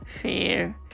fear